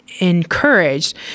encouraged